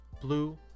blue